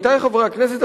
עמיתי חברי הכנסת,